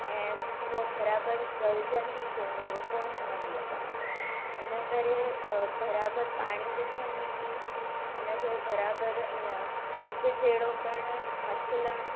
ऐं उहा बराबरि जलजंदी कोने उह कोन ठहंदी आहे बराबरि इन करे अ बराबरि पाणी विझण मिटी में उनखे बराबरि ईअं हिकु जहिड़ो करणु मसलणु